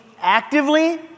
actively